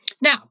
Now